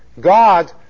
God